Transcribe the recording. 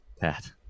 Pat